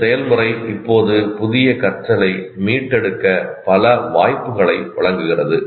இந்த செயல்முறை இப்போது புதிய கற்றலை மீட்டெடுக்க பல வாய்ப்புகளை வழங்குகிறது